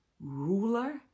Ruler